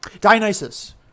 Dionysus